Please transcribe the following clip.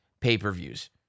pay-per-views